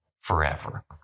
forever